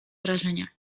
wrażenia